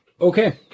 Okay